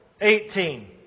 Eighteen